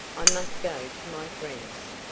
i must go to my friends!